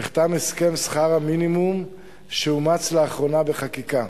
נחתם הסכם שכר המינימום שאומץ לאחרונה בחקיקה,